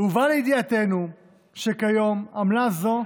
הובא לידיעתנו שכיום עמלה זו,